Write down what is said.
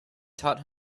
taught